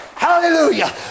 Hallelujah